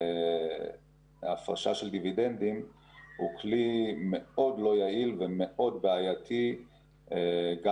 הפרשה של דיבידנדים הוא כלי מאוד לא יעיל ומאוד בעייתי גם